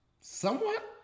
Somewhat